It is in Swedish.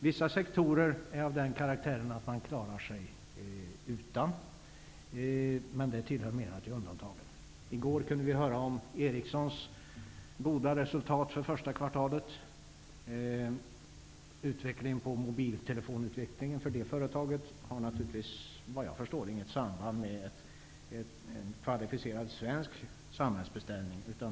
Vissa sektorer är av den karaktären att de klarar sig utan samhällsbeställningar, men de tillhör undantagen. I går kunde vi höra om Ericssons goda resultat för första kvartalet. För det företaget har naturligtvis, vad jag förstår, utvecklingen på mobiltelefonområdet inget samband med en kvalificerad svensk samhällsbeställning.